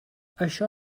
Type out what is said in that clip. això